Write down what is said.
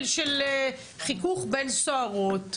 של חיכוך בין סוהרות,